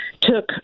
took